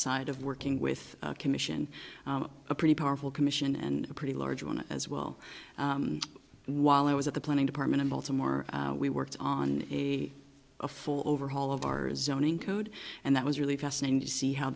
side of working with commission a pretty powerful commission and a pretty large one as well and while i was at the planning department in baltimore we worked on a a full overhaul of our zoning code and that was really fascinating to see how